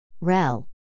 REL